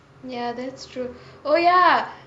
ya that's true oh ya